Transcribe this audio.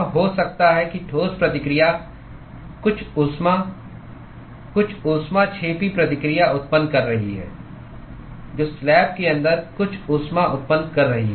तो यह हो सकता है कि ठोस प्रतिक्रिया कुछ ऊष्मा कुछ ऊष्माक्षेपी प्रतिक्रिया उत्पन्न कर रही है जो स्लैब के अंदर कुछ ऊष्मा उत्पन्न कर रही है